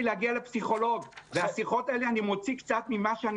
להגיע לפסיכולוג ובשיחות האלה אני מוציא קצת ממה שאני